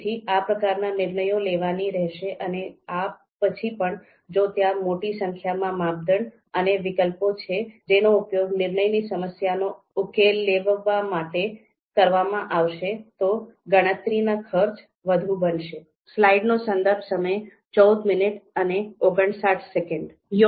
તેથી આ પ્રકારના નિર્ણયો લેવાની રહેશે અને આ પછી પણ જો ત્યાં મોટી સંખ્યામાં માપદંડ અને વિકલ્પો છે જેનો ઉપયોગ નિર્ણયની સમસ્યાનો ઉકેલ લાવવા માટે કરવામાં આવશે તો ગણતરીના ખર્ચ વધુ બનશે